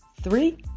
three